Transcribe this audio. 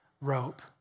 rope